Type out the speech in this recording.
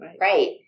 Right